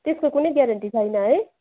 त्यसको कुनै ग्यारेन्टी छैन है